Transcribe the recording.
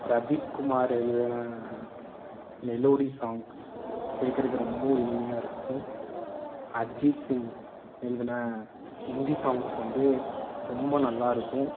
பிரதீப்குமார் எழுதுன melody songs கேட்குறக்கு ரொம்ப இனிமையாக இருக்கும் அர்ஜித்சிங் எழுதுன ஹிந்தி சாங்ஸ் வந்து ரொம்ப நல்லா இருக்கும்